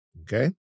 Okay